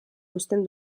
uzten